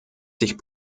sich